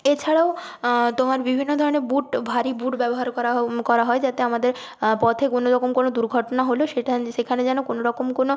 এছাড়াও তোমার বিভিন্ন ধরনের বুট ভারী বুট ব্যবহার করা হো করা হয় যাতে আমাদের পথে কোনো রকম কোনো দুর্ঘটনা হলে সেটা ন্ সেখানে যেন কোনো রকম কোনো